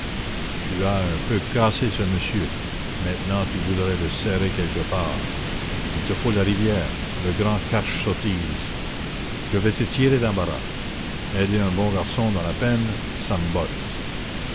tu as un peu cassé ce monsieur maintenant tu voudrais le serrer quelque part il te faut la rivière le grand cache sottise je vas te tirer d'embarras aider un bon garçon dans la peine ça me botte